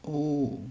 oh